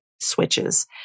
switches